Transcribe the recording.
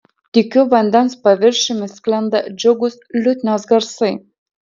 tykiu vandens paviršium sklinda džiugūs liutnios garsai